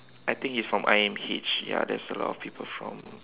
I think he's from I_M_H ya there's a lot of people from